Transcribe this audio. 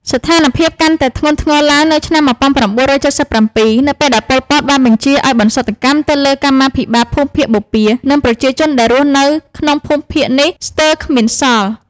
ស្ថានភាពកាន់តែធ្ងន់ធ្ងរឡើងនៅឆ្នាំ ១៩៧៧ នៅពេលដែល ប៉ុល ពត បានបញ្ជាឱ្យបន្សុទ្ធកម្មទៅលើកម្មាភិបាលភូមិភាគបូព៌ា និងប្រជាជនដែលរស់នៅក្នុងភូមិភាគនេះស្ទើរគ្មានសល់។